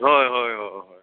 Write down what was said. होय होय होय होय